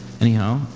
Anyhow